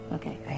Okay